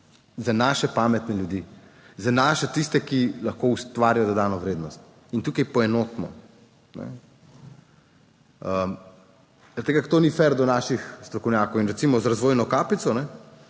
za naše pametne ljudi, za naše tiste, ki lahko ustvarijo dodano vrednost, in tukaj poenotimo, zaradi tega, ker to ni fer do naših strokovnjakov. In, recimo, z razvojno kapico